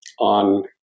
on